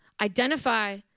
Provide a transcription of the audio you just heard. identify